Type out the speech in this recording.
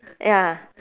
ya